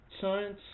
science